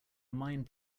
mind